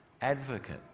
advocate